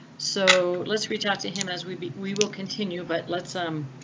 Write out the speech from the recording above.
so let's reach out to him as we but we will continue. but let's um